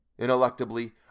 Ineluctably